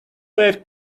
waves